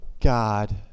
God